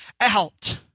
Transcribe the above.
out